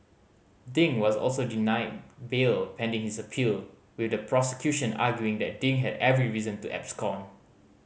ding was also denied bail pending his appeal with the prosecution arguing that Ding had every reason to abscond